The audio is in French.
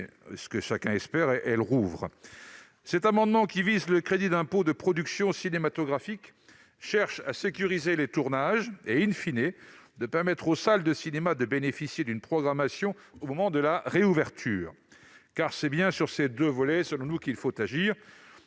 ce que chacun espère ! Cet amendement, qui vise le crédit d'impôt de production cinématographique, tend à sécuriser les tournages et,, à permettre aux salles de cinéma de bénéficier d'une programmation au moment de la réouverture. Car c'est bien sur ces deux volets, selon nous, qu'il faut agir.